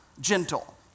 gentle